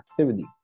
activity